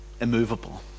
immovable